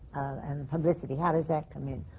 and and publicity. how does that come in?